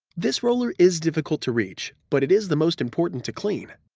this roller is difficult to reach, but it is the most important to clean.